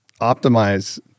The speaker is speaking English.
optimize